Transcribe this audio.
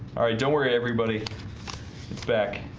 all right, don't worry everybody it's back